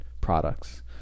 products